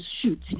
shoot